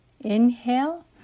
inhale